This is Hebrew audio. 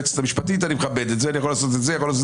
נמנע.